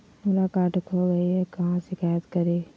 हमरा कार्ड खो गई है, कहाँ शिकायत करी?